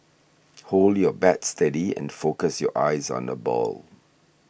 hold your bat steady and focus your eyes on the ball